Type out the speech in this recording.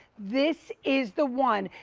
this is the one.